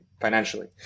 financially